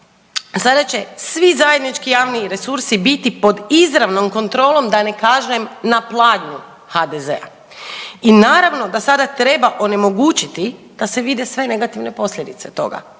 Sada će svi zajednički javni resursi biti pod izravnom kontrolom da ne kažem na pladnju HDZ-a i naravno da sada treba onemogućiti da se vide sve negativne posljedice toga